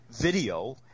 video